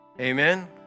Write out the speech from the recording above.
Amen